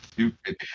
Stupid